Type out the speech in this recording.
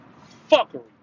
fuckery